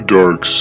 dark